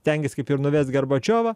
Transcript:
stengias kaip ir nuverst gorbačiovą